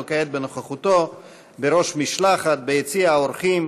כעת בנוכחותו בראש משלחת ביציע האורחים: